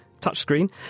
touchscreen